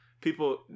people